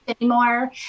anymore